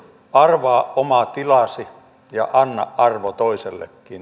arvaa oma tilasi ja anna arvo toisellekin